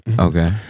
okay